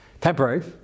temporary